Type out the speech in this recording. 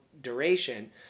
duration